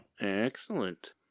Excellent